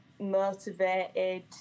motivated